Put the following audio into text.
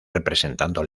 representando